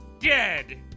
dead